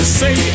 say